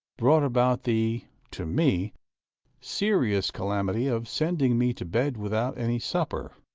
brought about the to me serious calamity of sending me to bed without any supper.